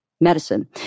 medicine